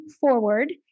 Forward